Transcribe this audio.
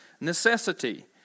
necessity